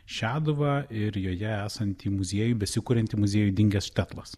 šeduvą ir joje esantį muziejų besikuriantį muziejų dingęs štetlas